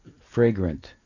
fragrant